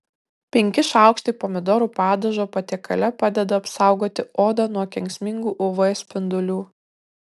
penki šaukštai pomidorų padažo patiekale padeda apsaugoti odą nuo kenksmingų uv spindulių